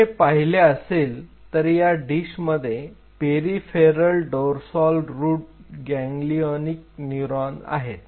तुम्ही हे पाहिले असेल तर या डिशमध्ये peripheral dorsal root ganglionic neuron आहे